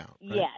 Yes